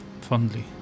fondly